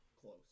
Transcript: Close